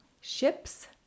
Ships